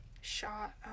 shot